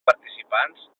participants